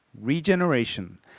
regeneration